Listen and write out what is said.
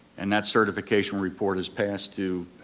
and that certification report is past to